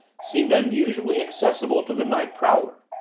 seemed unusually accessible to the night prowler.